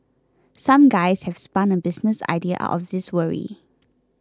some guys have spun a business idea out of this worry